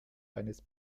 eines